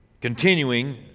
Continuing